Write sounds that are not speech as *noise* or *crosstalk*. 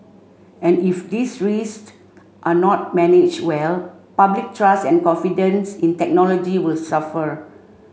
and if these *unintelligible* are not manage well public trust and confidence in technology will suffer